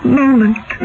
moment